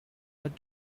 but